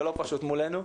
ולא פשוט מולנו,